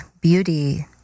beauty